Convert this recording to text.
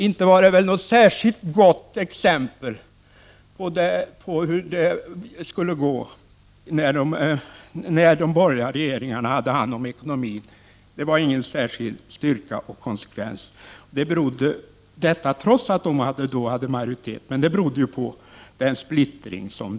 Inte fick vi väl något exempel på hur bra det kan gå, när de borgerliga regeringarna hade hand om ekonomin. Nej, det fanns ingen särskild styrka och konsekvens, trots att de borgerliga partierna hade majoritet. Orsaken berodde på splittringen.